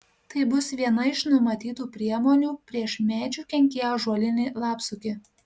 tai bus viena iš numatytų priemonių prieš medžių kenkėją ąžuolinį lapsukį